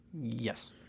Yes